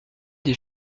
des